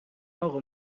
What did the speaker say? اقا